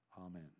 Amen